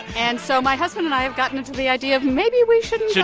and so my husband and i have gotten into the idea of, maybe we shouldn't.